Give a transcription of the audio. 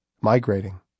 migrating